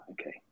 Okay